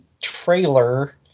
trailer